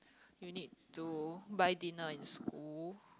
you need to buy dinner in school